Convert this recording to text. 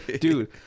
dude